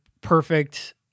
perfect